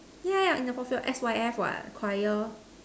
yeah yeah in the fourth field S_Y_F what choir